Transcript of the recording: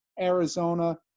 Arizona